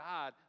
God